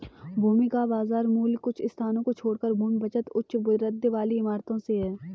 भूमि का बाजार मूल्य कुछ स्थानों को छोड़कर भूमि बचत उच्च वृद्धि वाली इमारतों से है